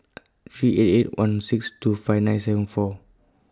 three eight eight one six two five nine seven four